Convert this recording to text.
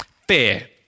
Fear